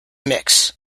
mix